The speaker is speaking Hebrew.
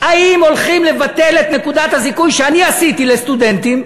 האם הולכים לבטל את נקודת הזיכוי שאני עשיתי לסטודנטים,